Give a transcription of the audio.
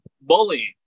bullying